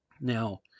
Now